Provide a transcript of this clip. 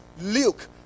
Luke